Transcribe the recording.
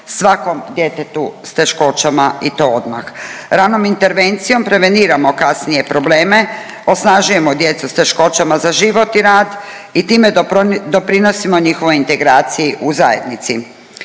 svakom djetetu s teškoćama i to odmah. Ranom intervencijom preveniramo kasnije probleme, osnažujemo djecu s teškoćama za život i rad i time doprinosimo njihovoj integraciji u zajednici.